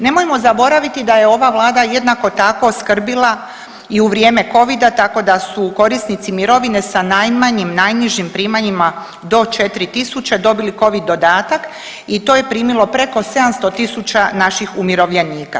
Nemojmo zaboraviti da je ova Vlada jednako tako skrbila i u vrijeme Covida, tako da su korisnici mirovine sa najmanjim, najnižim primanjima do 4 tisuće dobili Covid dodatak i to je primilo preko 700 tisuća naših umirovljenika.